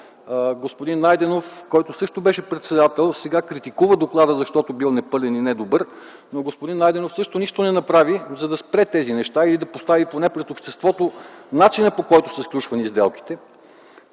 Господин Найденов, който също беше председател, сега критикува доклада, защото бил непълен и недобър, но той също не направи нищо, за да спре тези неща и да постави поне пред обществото начина, по който са сключвани сделките.